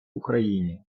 україні